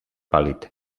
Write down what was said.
pàl·lid